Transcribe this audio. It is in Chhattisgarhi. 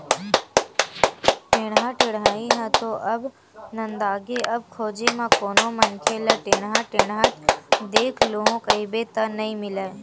टेंड़ा टेड़ई ह तो अब नंदागे अब खोजे म कोनो मनखे ल टेंड़ा टेंड़त देख लूहूँ कहिबे त नइ मिलय